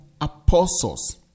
apostles